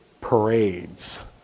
Parades